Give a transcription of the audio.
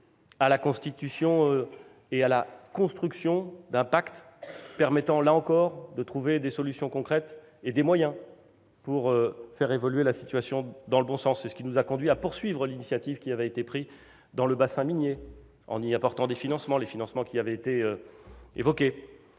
à la constitution et à la construction d'un pacte permettant, là encore, de trouver des solutions concrètes et des moyens pour faire évoluer la situation dans le bon sens. C'est ce qui nous a conduits à poursuivre l'initiative qui avait été prise dans le bassin minier, en y apportant les financements qui avaient été évoqués,